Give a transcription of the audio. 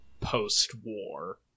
post-war